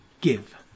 give